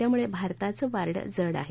त्यामुळे भारताचं पारडं जड आहे